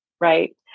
right